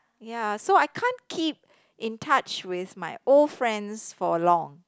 ya so I can't keep in touch with my old friends for long